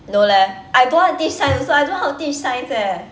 no leh I don't want to teach science also I don't know how to teach science eh